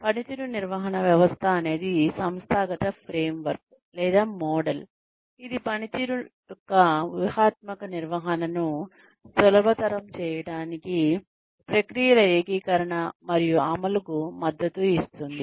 పనితీరు నిర్వహణ వ్యవస్థ అనేది సంస్థాగత ఫ్రేమ్వర్క్ లేదా మోడల్ ఇది పనితీరు యొక్క వ్యూహాత్మక నిర్వహణను సులభతరం చేయడానికి ప్రక్రియల ఏకీకరణ మరియు అమలుకు మద్దతు ఇస్తుంది